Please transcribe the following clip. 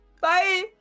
Bye